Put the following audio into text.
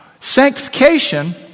Sanctification